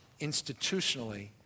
institutionally